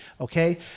Okay